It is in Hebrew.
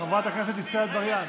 חברת הכנסת נמצאת?